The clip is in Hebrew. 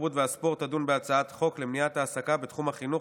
התרבות והספורט תדון בהצעת חוק למניעת העסקה בתחום החינוך